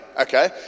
okay